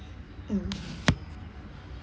mm